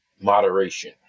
moderation